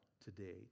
today